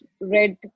red